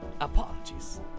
Apologies